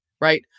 right